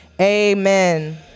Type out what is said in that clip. amen